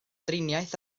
driniaeth